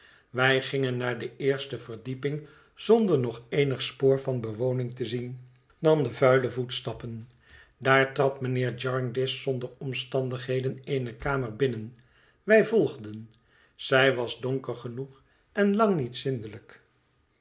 wij gingen naar de eerste verdieping zonder nog eenig spoor van bewoning te zien dan de vuile voetstappen daar trad mijnheer jarndyce zonder omstandigheden eene kamer binnen wij volgden zij was donker genoeg en lang niet zindelijk